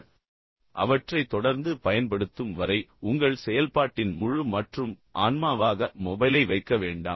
எனவே அவற்றை தொடர்ந்து பயன்படுத்தும் வரை பின்னர் உங்கள் செயல்பாட்டின் முழு மற்றும் ஆன்மாவாக மொபைலை வைக்க வேண்டாம்